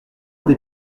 des